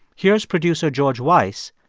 here's producer george weiss,